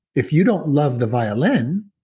if you don't love the violin,